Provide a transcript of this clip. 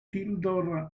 tildor